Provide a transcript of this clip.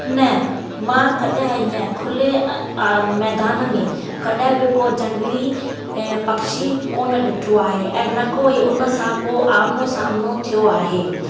न मां कॾहिं ईअं खुले आ मैदान में कॾहिं बि झंगली पक्षी कोन ॾिठो आहे न कोई उन सां को आमनो सामनो थियो आहे